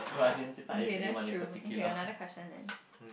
okay that's true okay another question then